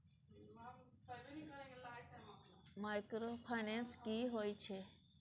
Microfinance की होय छै?